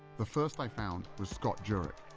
the first i found was scott jurek,